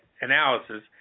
analysis